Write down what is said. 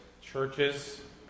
churches